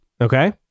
Okay